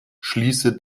schließe